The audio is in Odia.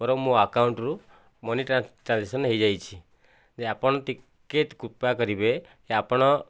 ବରଂ ମୋ ଆକାଉଣ୍ଟରୁ ମନି ଟ୍ରାଞ୍ଜେକ୍ସନ୍ ହୋଇଯାଇଛି ଯେ ଆପଣ ଟିକେ କୃପା କରିବେ ଯେ ଆପଣ